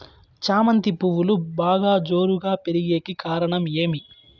చామంతి పువ్వులు బాగా జోరుగా పెరిగేకి కారణం ఏమి?